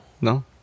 no